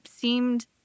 seemed